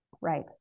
Right